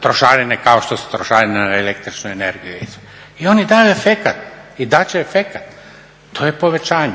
trošarine kao što su trošarine na električnu energiju. I oni daju efekat i dat će efekat. To je povećanje.